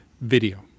video